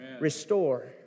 Restore